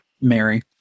Mary